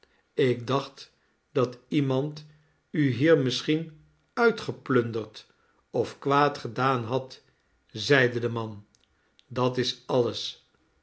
ik dacht dat iemand u hier misschien uitgeplunderd of kwaad gedaan had zeide de man dat is alles